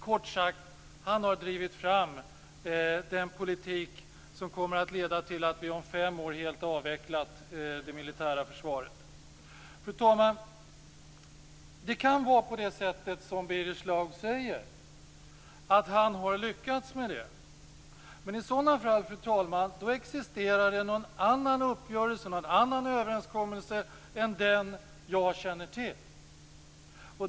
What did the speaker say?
Kort sagt har han drivit fram den politik som kommer att leda till att vi om fem år helt har avvecklat det militära försvaret. Fru talman! Det kan vara på det sättet som Birger Schlaug säger, att han har lyckats med det. I sådana fall, fru talman, existerar det någon annan uppgörelse, någon annan överenskommelse än den jag känner till.